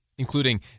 Including